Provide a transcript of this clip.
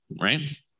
right